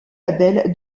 label